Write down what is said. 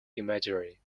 imagery